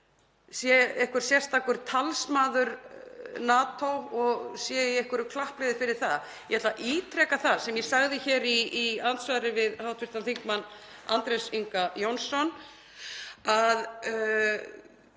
sé einhver sérstakur talsmaður NATO og sé í einhverju klappliði fyrir það. Ég ætla að ítreka það sem ég sagði hér í andsvari við hv. þm. Andrés Inga Jónsson, að